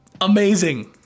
amazing